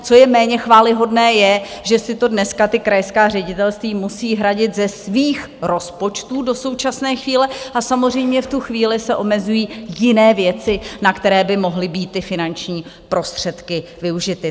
Co je méně chvályhodné, je, že si to dneska ta krajská ředitelství musí hradit ze svých rozpočtů do současné chvíle a samozřejmě v tu chvíli se omezují jiné věci, na které by mohly být ty finanční prostředky využity.